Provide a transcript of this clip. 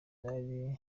zari